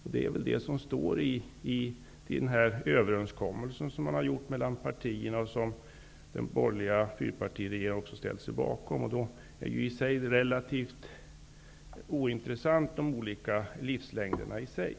Så står det även i den överenskommelse som man har gjort mellan partierna och som också den borgerliga fyrpartiregeringen har ställt sig bakom. Då är de olika livslängderna i sig relativt ointressanta.